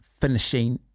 finishing